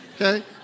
Okay